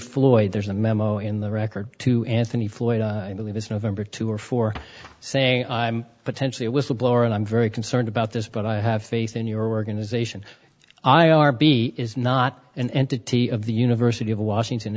floyd there's a memo in the record to anthony floyd i believe it's november two or four saying i'm potentially a whistleblower and i'm very concerned about this but i have faith in your we're going to zation i r b is not an entity of the university of washington